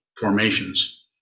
formations